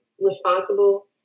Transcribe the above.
responsible